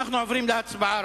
רבותי, אנחנו עוברים להצבעה.